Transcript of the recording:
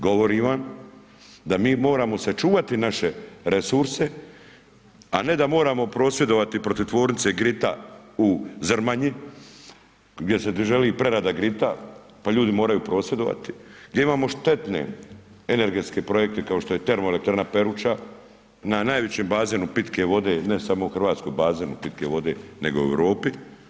Govorim vam da mi moramo sačuvati naše resurse, a ne da moramo prosvjedovati protiv tvornice Grita u Zrmanji gdje se … [[ne razumije se]] prerada … pa ljudi moraju prosvjedovati gdje imamo štetne energetske projekte kao što je Termoelektrana Peruča na najvećem bazenu pitke vode ne samo u Hrvatskoj bazenu pitke vode, nego i u Europi.